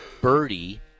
birdie